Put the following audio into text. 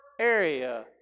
area